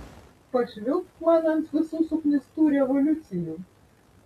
pašvilpt man ant visų suknistų revoliucijų